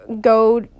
go